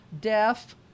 Deaf